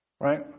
Right